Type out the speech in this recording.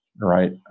right